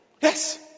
Yes